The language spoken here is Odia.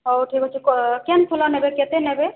ହେଉ ଠିକ ଅଛି କେନ୍ ଫୁଲ ନେବେ କେତେ ନେବେ